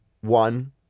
one